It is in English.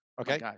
Okay